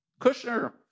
Kushner